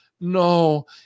No